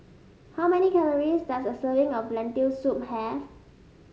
how many calories does a serving of Lentil Soup have